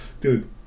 dude